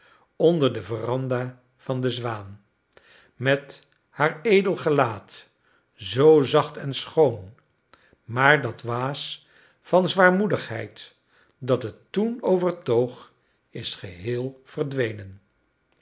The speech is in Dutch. onder de veranda van de zwaan met haar edel gelaat zoo zacht en schoon maar dat waas van zwaarmoedigheid dat het toen overtoog is geheel verdwenen